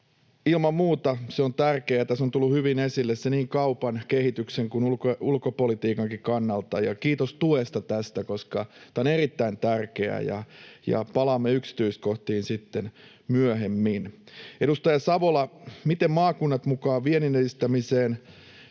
Ilman muuta se on tärkeätä, ja tässä on tullut hyvin esille se niin kaupan, kehityksen kuin ulkopolitiikankin kannalta, ja kiitos tuesta, koska tämä on erittäin tärkeää. Palaamme yksityiskohtiin sitten myöhemmin. Edustaja Savola: Miten maakunnat mukaan viennin edistämiseen?